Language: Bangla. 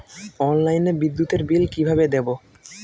অনলাইনে বিদ্যুতের বিল কিভাবে দেব?